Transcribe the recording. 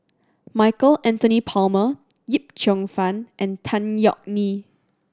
Michael Anthony Palmer Yip Cheong Fun and Tan Yeok Nee